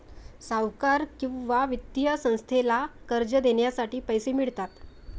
सावकार किंवा वित्तीय संस्थेला कर्ज देण्यासाठी पैसे मिळतात